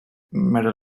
medal